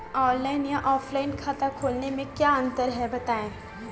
Online या offline खाता खोलने में क्या अंतर है बताएँ?